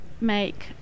make